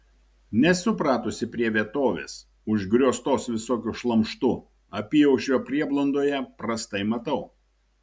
nesu pratusi prie vietovės užgrioztos visokiu šlamštu apyaušrio prieblandoje prastai matau